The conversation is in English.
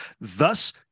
thus